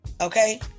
okay